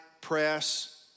press